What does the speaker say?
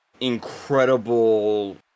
Incredible